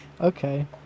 Okay